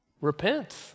repent